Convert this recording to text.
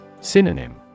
Synonym